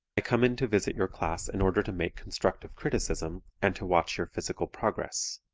i come in to visit your class in order to make constructive criticism, and to watch your physical progress.